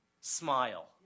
Smile